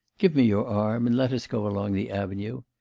give me your arm, and let us go along the avenue.